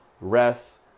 rest